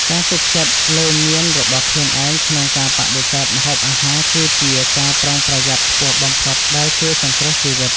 ការទុកចិត្តលើញាណរបស់ខ្លួនឯងក្នុងការបដិសេធម្ហូបអាហារគឺជាការប្រុងប្រយ័ត្នខ្ពស់បំផុតដែលជួយសង្គ្រោះជីវិត។